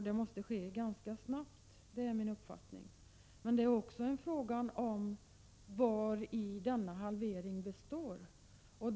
Det är min uppfattning att denna halvering måste ske ganska snabbt. Men det är också en fråga om vari denna halvering består.